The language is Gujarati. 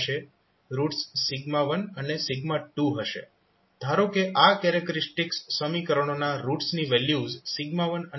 રૂટ્સ 1 અને 2 હશે ધારો કે આ કેરેક્ટરીસ્ટિક્સ સમીકરણોના રૂટ્સની વેલ્યુઝ 1 અને 2 છે